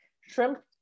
shrimp